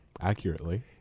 accurately